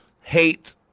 hate